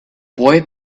boy